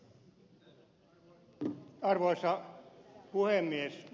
arvoisa puhemies